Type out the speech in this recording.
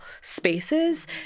spaces